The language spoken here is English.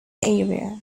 area